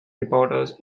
reporters